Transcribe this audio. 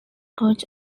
coach